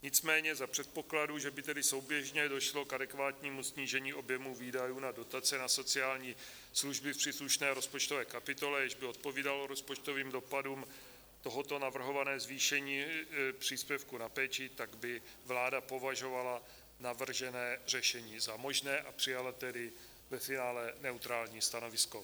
Nicméně za předpokladu, že by tedy souběžně došlo k adekvátnímu snížení objemu výdajů na dotace na sociální služby v příslušné rozpočtové kapitole, jež by odpovídalo rozpočtovým dopadům tohoto příspěvku na péči, tak by vláda považovala navržené řešení za možné, a přijala tedy ve finále neutrální stanovisko.